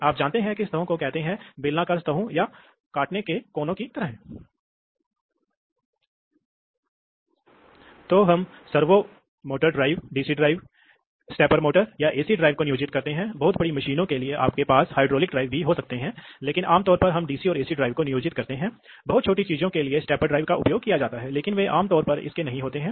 तो आप देखते हैं कि हवा यह पायलट पोर्ट है इसलिए हवा आती है और इस कक्ष को इसके बाद भर देती है क्योंकि यह दबाव चेंबर के कारण धीरे धीरे बनता है और फिर यह वाल्व को स्थानांतरित करता है तो यह वास्तव में स्पूल पर दबाव लागू करता है और यह वाल्व को स्थानांतरित कर देगा इसलिए यह एक बुनियादी तंत्र है जिसके द्वारा समय की देरी पैदा होती है